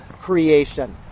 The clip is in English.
creation